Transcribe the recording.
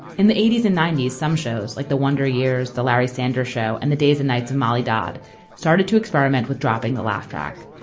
in the eighty s and ninety s some shows like the wonder years, the larry sanders show and the days and nights of molly dodd started to experiment with dropping the laugh track,